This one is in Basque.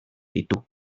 ditu